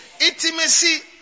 Intimacy